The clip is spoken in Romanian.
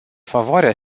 favoarea